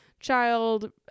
child